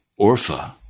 Orpha